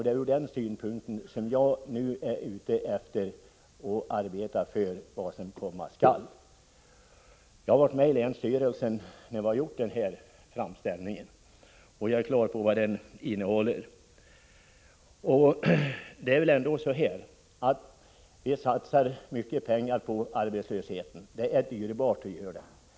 Det är därför som jag nu arbetar för att förbereda vad som komma skall. Jag var med i länsstyrelsen när denna framställning gjordes, och jag är på det klara med vad den innehåller. Det satsas mycket pengar på arbetslösheten, vilket är dyrbart.